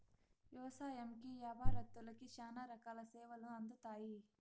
వ్యవసాయంకి యాపారత్తులకి శ్యానా రకాల సేవలు అందుతాయి